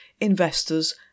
investors